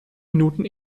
minuten